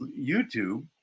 YouTube